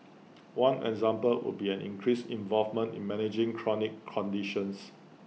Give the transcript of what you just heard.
one example would be an increased involvement in managing chronic conditions